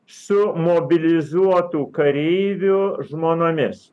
su mobilizuotų kareivių žmonomis